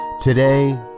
Today